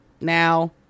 now